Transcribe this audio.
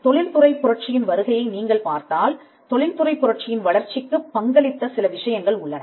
தொழில்துறை புரட்சியின் வருகையை நீங்கள் பார்த்தால் தொழில்துறை புரட்சியின் வளர்ச்சிக்குப் பங்களித்த சில விஷயங்கள் உள்ளன